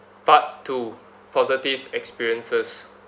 part two positive experiences